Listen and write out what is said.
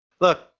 look